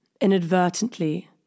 Inadvertently